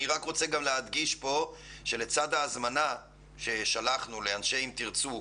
אני רוצה להדגיש פה שלצד ההזמנה ששלחנו לאנשי "אם תרצו",